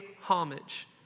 homage